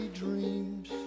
dreams